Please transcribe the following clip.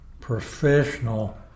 professional